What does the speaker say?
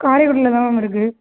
காரைக்குடியிலதான் ma'am இருக்கு